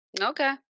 Okay